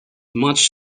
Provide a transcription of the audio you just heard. much